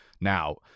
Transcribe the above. Now